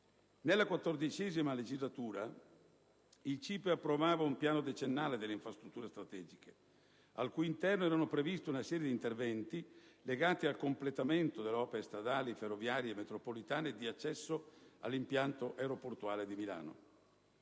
Nella XIV legislatura il CIPE ha approvato un piano decennale delle infrastrutture strategiche al cui interno è stata prevista una serie di interventi legati al completamento delle opere stradali, ferroviarie e metropolitane di accesso all'impianto aeroportuale di Malpensa.